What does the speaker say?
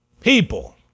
people